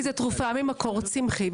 כי זוהי תרופה ממקום צמחי,